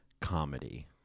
comedy